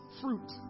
fruit